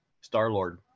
Star-Lord